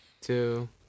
two